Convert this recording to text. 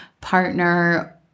partner